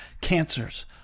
Cancers